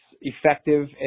effective